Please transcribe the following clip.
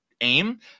aim